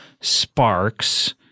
Sparks